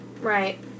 Right